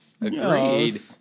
Agreed